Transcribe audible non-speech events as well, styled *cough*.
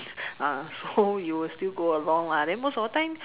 *laughs* so you will still go along lah then most of the time